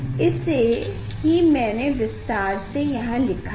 इसे ही मैने विस्तार से यहाँ लिखा है